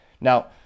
Now